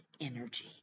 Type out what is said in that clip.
energy